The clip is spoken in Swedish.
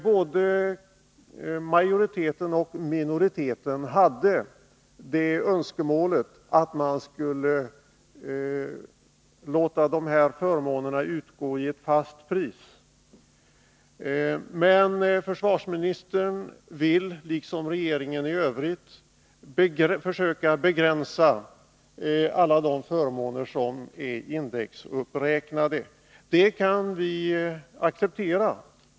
Både majoriteten och minoriteten hade önskemål om att dessa förmåner skulle utgå i ett fast pris, men försvarsministern ville — liksom regeringen i övrigt — försöka begränsa alla förmåner som är indexberäknade. Det kan vi acceptera.